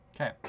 Okay